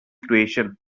creation